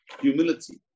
humility